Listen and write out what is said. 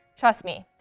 trust me.